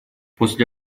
после